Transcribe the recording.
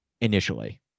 initially